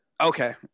Okay